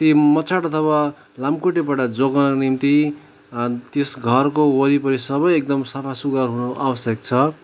ति मच्छड अथवा लामखुट्टेबाट जोगाउनको निम्ति त्यस घरको वरिपरि सबै एकदम सफा सुग्घर हुनु आवश्यक छ